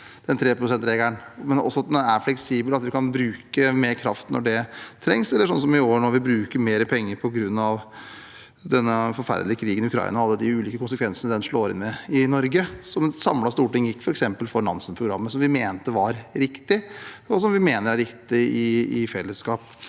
men også at den er fleksibel, at vi kan bruke mer kraft når det trengs, eller sånn som i år, når vi bruker mer penger på grunn av den forferdelige krigen i Ukraina og alle de ulike konsekvensene av den som slår ned i Norge. Et samlet storting gikk f.eks. inn for Nansenprogrammet, som vi mente var riktig, og som vi i fellesskap